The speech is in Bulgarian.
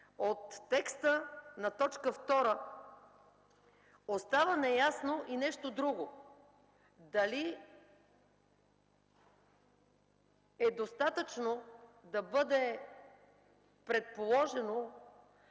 От текста на т. 2 остава неясно и нещо друго – дали е достатъчно да бъде предположено,